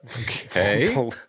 okay